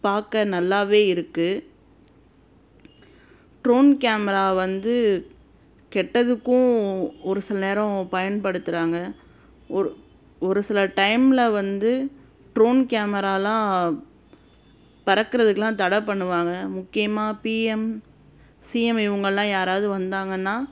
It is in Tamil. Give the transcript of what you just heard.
பார்க்க நல்லாவே இருக்குது ட்ரோன் கேமரா வந்து கெட்டதுக்கும் ஒரு சில நேரம் பயன்படுத்துகிறாங்கள் ஒரு ஒரு சில டைம்ல வந்து ட்ரோன் கேமராலாம் பறக்கிறதுக்குலாம் தடை பண்ணுவாங்கள் முக்கியமாக பிஎம் சிஎம் இவங்கள்லாம் யாராவது வந்தாங்கனால்